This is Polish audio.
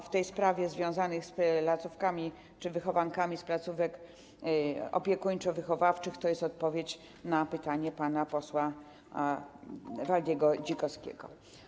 W sprawie związanej z placówkami czy wychowankami z placówek opiekuńczo-wychowawczych - to jest odpowiedź na pytanie pana posła Waldy Dzikowskiego.